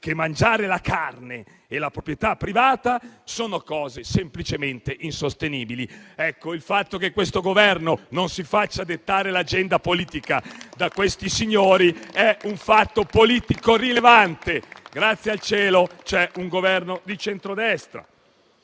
che il mangiare carne e la proprietà privata sono cose semplicemente insostenibili. Ecco, il fatto che questo Governo non si faccia dettare l'agenda politica da questi signori è un fatto politico rilevante. Grazie al cielo, c'è un Governo di centrodestra.